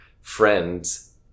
friend's